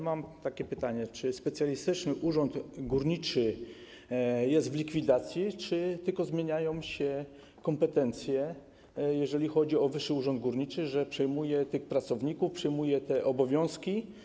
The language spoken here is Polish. Mam takie pytanie: Czy Specjalistyczny Urząd Górniczy jest w likwidacji, czy tylko zmieniają się kompetencje, jeżeli chodzi o Wyższy Urząd Górniczy, tak że przejmuje on tych pracowników, przejmuje obowiązki?